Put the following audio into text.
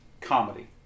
comedy